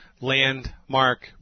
landmark